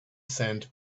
sand